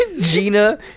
Gina